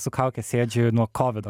su kauke sėdžiu nuo kovido